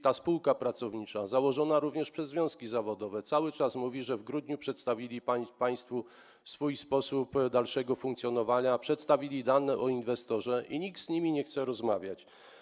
Ta spółka pracownicza, założona również przez związki zawodowe, cały czas mówi, że w grudniu przedstawiła państwu swój sposób dalszego funkcjonowania, przedstawiła dane o inwestorze, ale nikt z nią nie chce rozmawiać.